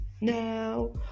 now